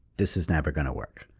this is never going to work.